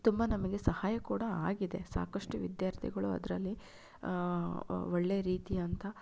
ತುಂಬ ನಮಗೆ ಸಹಾಯ ಕೂಡ ಆಗಿದೆ ಸಾಕಷ್ಟು ವಿದ್ಯಾರ್ಥಿಗಳು ಅದರಲ್ಲಿ ಒಳ್ಳೆಯ ರೀತಿ ಅಂತ